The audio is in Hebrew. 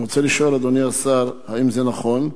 אני רוצה לשאול, אדוני השר: 1. האם נכון הדבר?